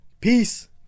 Peace